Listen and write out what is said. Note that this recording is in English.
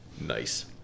Nice